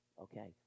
okay